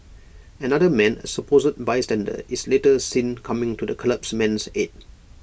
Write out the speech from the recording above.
another man A supposed bystander is later seen coming to the collapsed man's aid